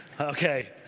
Okay